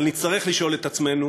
אבל נצטרך לשאול את עצמנו